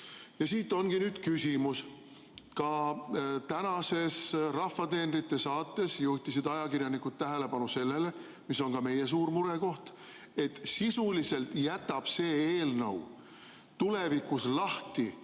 Ja siit ongi nüüd küsimus. Ka tänases "Rahva teenrite" saates juhtisid ajakirjanikud tähelepanu sellele, mis on meie suur murekoht. Sisuliselt jätab see eelnõu tulevikus lahti